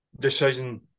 decision